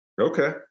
Okay